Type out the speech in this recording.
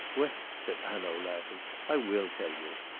well, said hanaud, laughing, i will tell you.